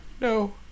no